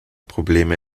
probleme